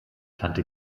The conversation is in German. tante